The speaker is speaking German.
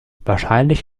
wahrscheinlich